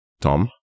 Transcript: Tom